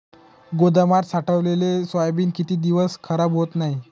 गोदामात साठवलेले सोयाबीन किती दिवस खराब होत नाही?